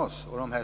oss inom EU.